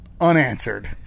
unanswered